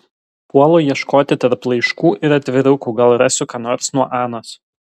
puolu ieškoti tarp laiškų ir atvirukų gal rasiu ką nors nuo anos